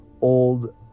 old